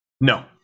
No